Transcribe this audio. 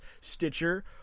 Stitcher